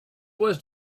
was